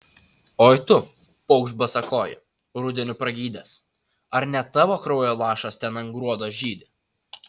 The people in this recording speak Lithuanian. oi tu paukšt basakoji rudeniu pragydęs ar ne tavo kraujo lašas ten ant gruodo žydi